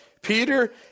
Peter